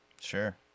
Sure